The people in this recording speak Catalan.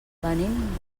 venim